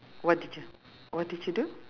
what did you what did you do